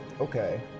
okay